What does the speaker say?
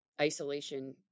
isolation